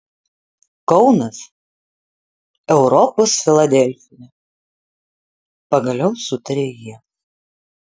kaunas europos filadelfija pagaliau sutarė jie